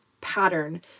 pattern